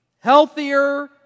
healthier